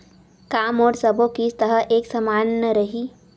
का मोर सबो किस्त ह एक समान रहि?